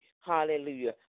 hallelujah